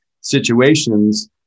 situations –